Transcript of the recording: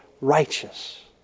righteous